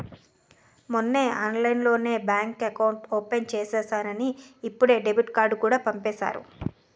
మొన్నే ఆన్లైన్లోనే bank account open చేసేసానని ఇప్పుడే డెబిట్ కార్డుకూడా పంపేసారు